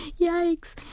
Yikes